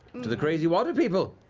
to the crazy water people.